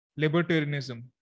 libertarianism